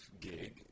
gig